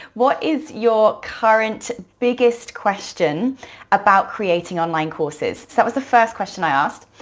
what is your current biggest question about creating online courses? so that was the first question i asked.